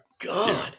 God